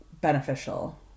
beneficial